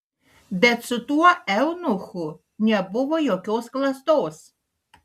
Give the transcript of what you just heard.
bet su tuo eunuchu nebuvo jokios klastos